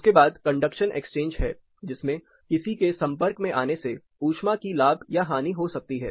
उसके बाद conduction exchange है जिसमें किसी के संपर्क में आने से ऊष्मा की लाभ या हानि हो सकती है